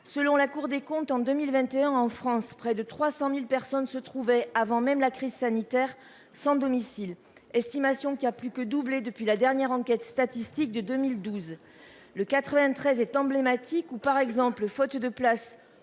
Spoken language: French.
Selon la Cour des comptes en 2021 en France près de 300.000 personnes se trouvaient avant même la crise sanitaire sans domicile estimation qui a plus que doublé depuis la dernière enquête statistiques de 2012. Le 93 est emblématique ou par exemple, faute de place.